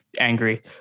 angry